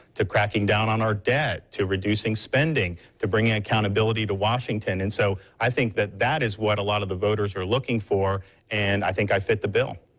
to cracking down on our debt, reducing spending, to bring ah accountability to washington. and so i think that that is what a lot of the voters are looking for and i think i fit the bill.